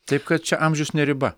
taip kad čia amžius ne riba